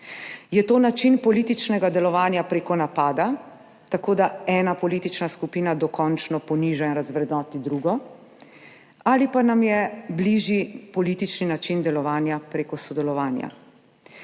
Je to način političnega delovanja prek napada, tako da ena politična skupina dokončno poniža in razvrednoti drugo, ali pa nam je bližji politični način delovanja prek sodelovanja?